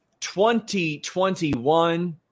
2021